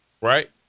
right